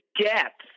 depth